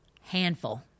handful